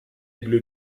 aigle